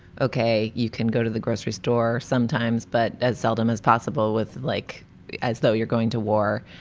okay. you can go to the grocery store sometimes, but as seldom as possible with like as though you're going to war.